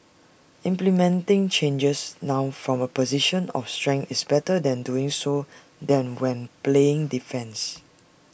implementing changes now from A position of strength is better than doing so than when playing defence